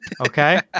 okay